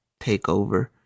takeover